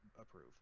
approve